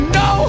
no